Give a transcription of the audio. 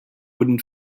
wooden